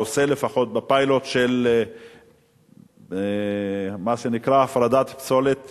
או עושה לפחות, בפיילוט של מה שנקרא הפרדת פסולת